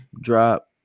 drop